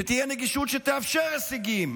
שתהיה נגישות שתאפשר הישגים.